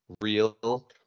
real